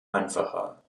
einfacher